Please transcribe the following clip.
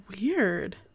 weird